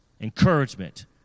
encouragement